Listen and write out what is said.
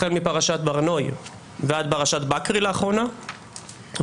החל מפרשת בר נוי ועד פרשת בקרי לאחרונה ועוד.